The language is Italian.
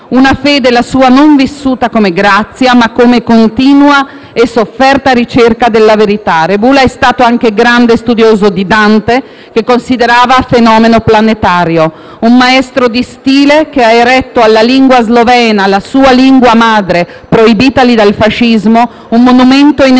una fede, la sua, non vissuta come grazia, ma come continua e sofferta ricerca della verità. Rebula è stato anche un grande studioso di Dante, che considerava fenomeno planetario, un maestro di stile che ha eretto alla lingua slovena, la sua lingua madre proibitagli dal fascismo, un monumento ineguagliabile.